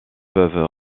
peuvent